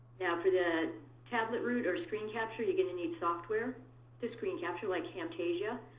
now for the tablet route, or screen capture, you're going to need software to screen capture, like camtasia.